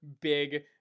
big